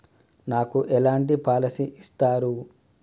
నాకు ఎలాంటి పాలసీ ఇస్తారు?